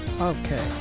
Okay